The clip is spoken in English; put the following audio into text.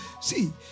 see